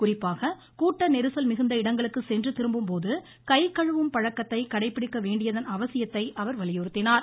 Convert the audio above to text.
குறிப்பாக கூட்ட நெரிசல் மிகுந்த இடங்களுக்கு சென்று திரும்பும் போது கை கழுவும் பழக்கத்தை கடைபிடிக்க வேண்டியதன் அவசியத்தை அவர் வலியுறுத்தினார்